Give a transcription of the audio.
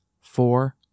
four